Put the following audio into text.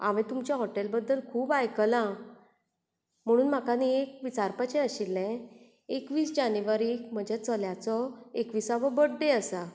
तुमचे हॉटेल बद्दल खूब आयकलां म्हणून म्हाका नी एक विचारपाचें आशिल्लें एकवीस जानेवारीक म्हज्या चल्याचो एकविसावो बड्डे आसा